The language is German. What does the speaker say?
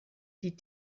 die